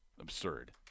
Absurd